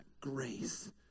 grace